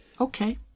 Okay